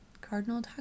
Cardinal